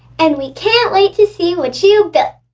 and we can't wait to see what you've built.